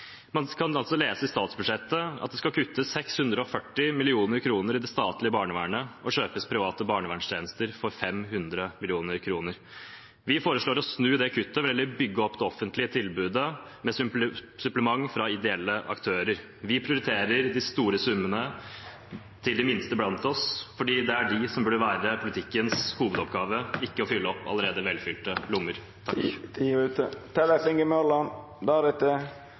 man lese at det skal kuttes 640 mill. kr i det statlige barnevernet og kjøpes private barnevernstjenester for 500 mill. kr. Vi foreslår å snu det kuttet og vil heller bygge opp det offentlige tilbudet med supplement fra ideelle aktører. Vi prioriterer de store summene til de minste blant oss fordi det er det som burde være politikkens hovedoppgave – ikke å fylle opp allerede velfylte lommer.